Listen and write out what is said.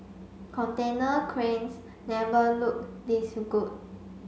container cranes never looked this good